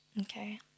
Okay